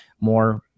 more